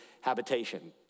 habitation